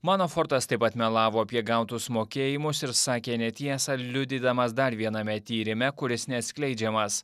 manafortas taip pat melavo apie gautus mokėjimus ir sakė netiesą liudydamas dar viename tyrime kuris neatskleidžiamas